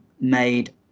Made